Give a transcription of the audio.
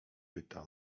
pyta